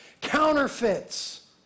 counterfeits